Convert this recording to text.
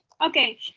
Okay